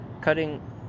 cutting